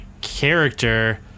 character